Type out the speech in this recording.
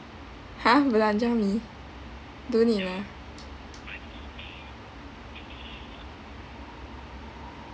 ha belanja me don't need lah